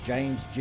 James